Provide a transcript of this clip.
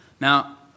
Now